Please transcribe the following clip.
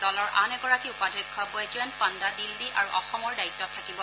দলৰ আন এগৰাকী উপাধ্যক্ষ বৈজয়ন্ত পাণ্ডা দিল্লী আৰু অসমৰ দায়িত্বত থাকিব